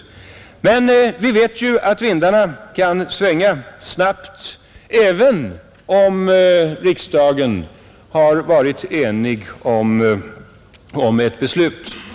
Men vi vet att vindarna kan svänga snabbt, även om riksdagen har varit enig.